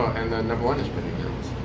number one is pitting now.